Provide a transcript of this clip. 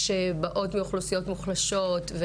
שבאות מאוכלוסיות מוחלשות,